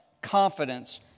confidence